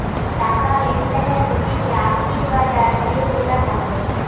টাকা লেনদেন হতিছে আর্থিক বাজার যে গুলা থাকে